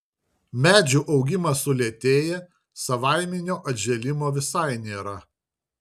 medžių augimas sulėtėja savaiminio atžėlimo visai nėra